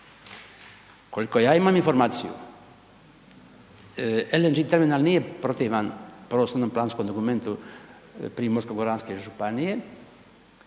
koliko ja imam informaciju, LNG terminal nije protivan prostorno planskom dokumentu Primorsko-goranske županije,